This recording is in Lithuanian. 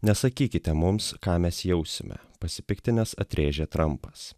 nesakykite mums ką mes jausime pasipiktinęs atrėžė trampas